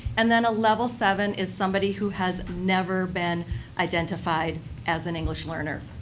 and then a level seven is somebody who has never been identified as an english learner.